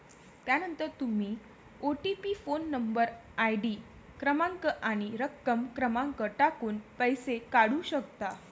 त्यानंतर तुम्ही OTP phone number, ID क्रमांक आणि रक्कम क्रमांक टाकून पैसे काढू शकता